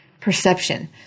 perception